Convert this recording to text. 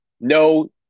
no